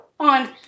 On